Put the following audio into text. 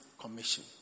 commission